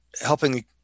helping